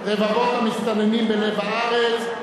רבבות המסתננים בלב הארץ,